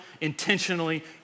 intentionally